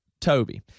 Toby